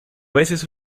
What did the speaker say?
veces